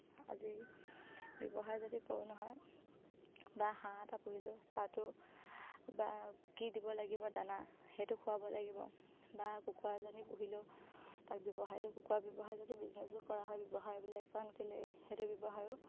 আজি ব্যৱসায় যদি কৰোঁ নহয় বা হাঁহ এটা পুহিলেও তাতো বা কি দিব লাগিব দানা সেইটো খোৱাব লাগিব বা কুকুৰাজনী পুহিলেও তাক ব্যৱসায়টো কুকুৰা ব্যৱসায় যদি বিজনেছো কৰা হয় ব্যৱসায় বুলি কাৰণ কেলেই সেইটো ব্যৱসায়ো